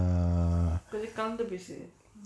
இப்போதைக்கு கலந்து பேசு:ippothaiku kalanthu pesu